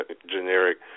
generic